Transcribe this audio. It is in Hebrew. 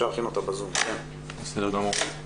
בסדר גמור.